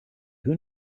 who